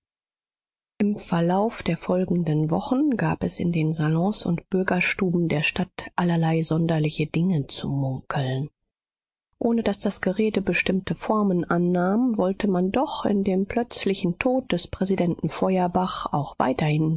im verlauf der folgenden wochen gab es in den salons und bürgerstuben der stadt allerlei sonderliche dinge zu munkeln ohne daß das gerede bestimmte formen annahm wollte man doch in dem plötzlichen tod des präsidenten feuerbach auch weiterhin